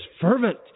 fervent